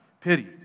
pity